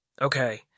Okay